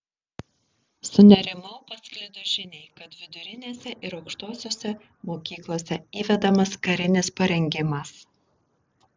sunerimau pasklidus žiniai kad vidurinėse ir aukštosiose mokyklose įvedamas karinis parengimas